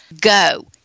go